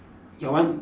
your one